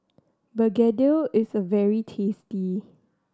begedil is very tasty